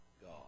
God